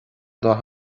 dath